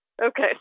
Okay